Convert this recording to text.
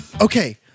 Okay